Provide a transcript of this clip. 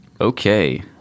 Okay